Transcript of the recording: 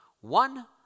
One